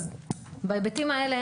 בהיבטים האלה,